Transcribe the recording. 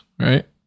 right